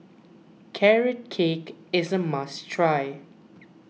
Carrot Cake is a must try